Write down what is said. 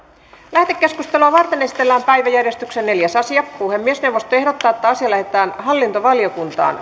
lähetekeskustelua varten esitellään päiväjärjestyksen neljäs asia puhemiesneuvosto ehdottaa että asia lähetetään hallintovaliokuntaan